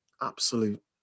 absolute